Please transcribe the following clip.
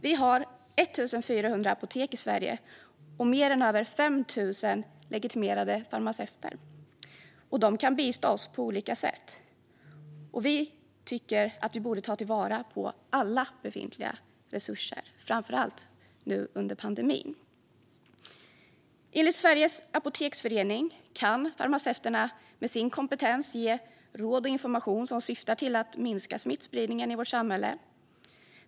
Vi har 1 400 apotek i Sverige och mer än 5 000 legitimerade farmaceuter som kan bistå oss på olika sätt. Vi tycker att vi borde ta vara på alla befintliga resurser, framför allt nu under pandemin. Enligt Sveriges Apoteksförening kan farmaceuterna med sin kompetens ge råd och information som syftar till att minska smittspridningen i vårt samhälle.